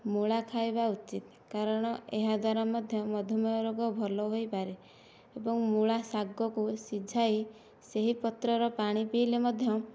ମୂଳା ଖାଇବା ଉଚିତ କାରଣ ଏହାଦ୍ୱାରା ମଧ୍ୟ ମଧୁମେହ ରୋଗ ଭଲ ହୋଇପାରେ ଏବଂ ମୂଳା ଶାଗକୁ ସିଝାଇ ସେହି ପତ୍ରର ପାଣି ପିଇଲେ ମଧ୍ୟ